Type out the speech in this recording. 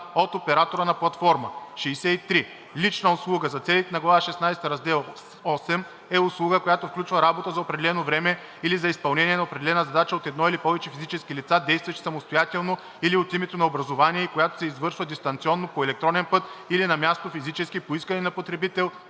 от оператора на платформа. 63. „Лична услуга“ за целите на глава шестнадесета, раздел VIII е услуга, която включва работа за определено време или за изпълнение на определена задача от едно или повече физически лица, действащи самостоятелно или от името на образувание, и която се извършва дистанционно/по електронен път или на място/физически по искане на потребител,